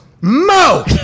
Mo